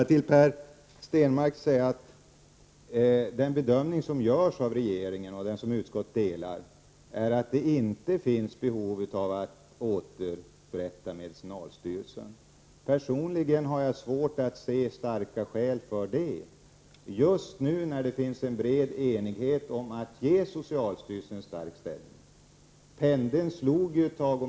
Till Per Stenmarck vill jag säga att den bedömning som görs av regeringen, och som utskottet delar, är att det inte finns behov av att återupprätta medicinalstyrelsen. Personligen har jag svårt att se starka skäl för det just nu när det finns en bred enighet om att ge socialstyrelsen en stark ställning. Ett tag stod det och vägde.